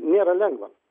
nėra lengva